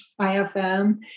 IFM